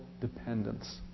dependence